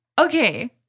Okay